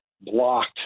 blocked